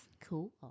Cool